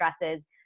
dresses